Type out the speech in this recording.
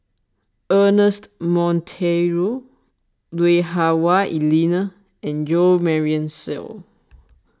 Ernest Monteiro Lui Hah Wah Elena and Jo Marion Seow